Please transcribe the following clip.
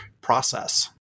process